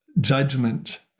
judgment